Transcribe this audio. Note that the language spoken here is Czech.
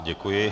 Děkuji.